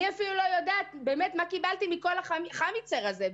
אני אפילו לא יודעת מה קיבלתי מכל החמיצר הזה.